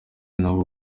nabo